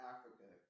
Africa